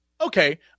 Okay